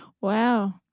Wow